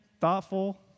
thoughtful